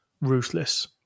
ruthless